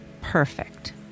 perfect